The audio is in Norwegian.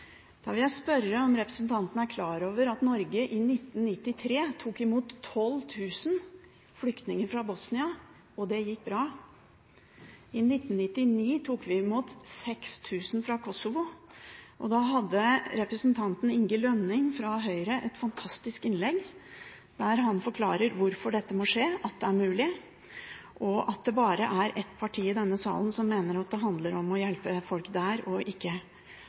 Da vil jeg spørre om representanten er klar over at Norge i 1993 tok imot 12 000 flyktninger fra Bosnia, og det gikk bra. I 1999 tok vi imot 6 000 fra Kosovo, og da hadde representanten Inge Lønning fra Høyre et fantastisk innlegg der han forklarer hvorfor dette må skje, at det er mulig, og at det bare er ett parti i denne salen som mener at det handler om å hjelpe folk der og ikke